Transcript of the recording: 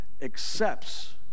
accepts